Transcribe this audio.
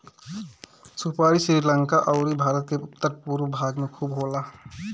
सुपारी श्रीलंका अउरी भारत के उत्तर पूरब भाग में खूब होला